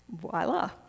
voila